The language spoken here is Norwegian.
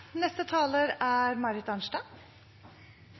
Neste taler er